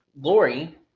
Lori